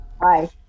Hi